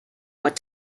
what